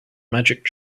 magic